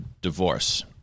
divorce